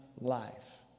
life